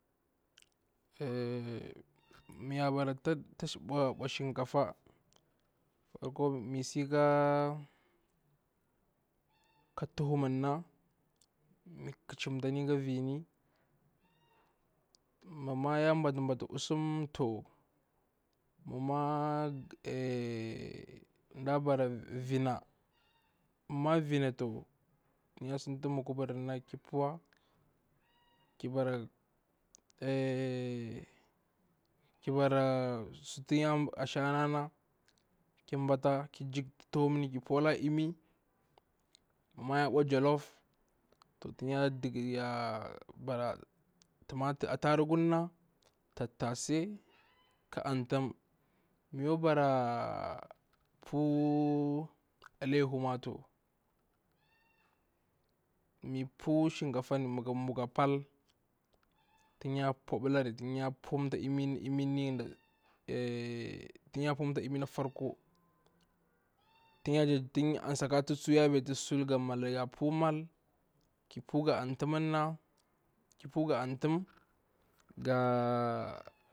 a miya bara ta ɓwa shankafa, misi ka tuhum na mi ƙachamtani ka vini, ma ma ya nbatta usum to ma ma a, da bara vina ma ma vina to ya santa mukubar naki puwa, ki bara a'a tan ya bara ashana na ki jakta tukumni ki pula imi, ma ma ya ɓwa jelof tan ya bara ataruguna, tattasa ka antam ma yakwa bara pu alehu ma to, mi pu shankafani mata bwa a pal ta ya puɓelari lmi an da a'a tan ya pumta imi ni na farko, to an sakato ya betu sul ya pul mal, ki pu ga atam manga, ga antam ga.